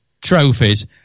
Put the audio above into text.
trophies